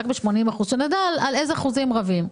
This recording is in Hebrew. רק ב-20%, רק ב-80%, שנדע על איזה אחוזים רבים.